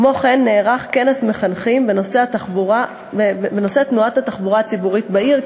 כמו כן נערך כנס מחנכים בנושא תנועת התחבורה בעיר,